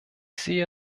sehe